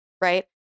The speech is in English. right